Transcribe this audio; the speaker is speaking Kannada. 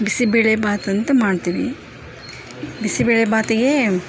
ಬಿಸಿಬೇಳೆ ಬಾತು ಅಂತ ಮಾಡ್ತೀವಿ ಬಿಸಿಬೇಳೆ ಬಾತಿಗೆ